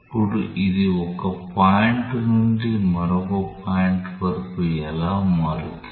ఇప్పుడు ఇది ఒక పాయింట్ నుండి మరొక పాయింట్ వరకు ఎలా మారుతుంది